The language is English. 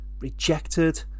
rejected